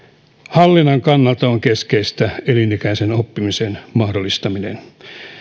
hallinnan kannalta on keskeistä elinikäisen oppimisen mahdollistaminen